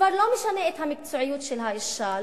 כבר לא משנה מקצועיות האשה,